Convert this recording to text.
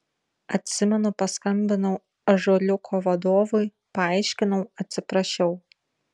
atsimenu paskambinau ąžuoliuko vadovui paaiškinau atsiprašiau